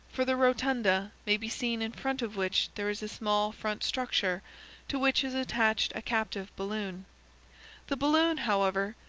for the rotunda may be seen in front of which there is a small front structure to which is attached a captive balloon the balloon, however,